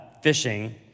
fishing